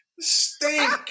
Stink